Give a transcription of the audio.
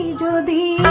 do the